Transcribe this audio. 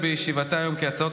1. הצעת